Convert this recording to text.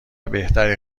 بهتری